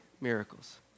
miracles